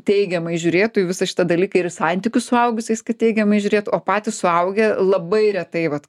teigiamai žiūrėtų į visą šitą dalyką ir į santykius suaugusiais kad teigiamai žiūrėtų o patys suaugę labai retai vat